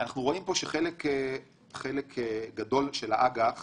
אנחנו רואים פה שחלק גדול של האג"ח